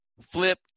flip